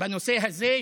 בנושא הזה,